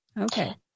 Okay